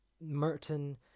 Merton